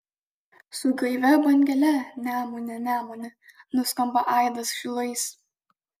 su gaivia bangele nemune nemune nuskamba aidas šilais